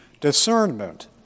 discernment